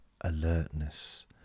alertness